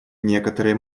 некоторые